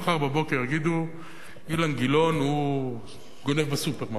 מחר בבוקר יגידו: אילן גילאון גונב בסופרמרקט.